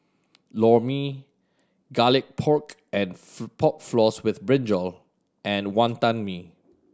Lor Mee Garlic Pork and Pork Floss with brinjal and Wonton Mee